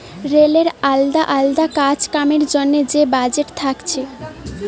রেলের আলদা আলদা কাজ কামের জন্যে যে বাজেট থাকছে